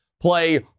Play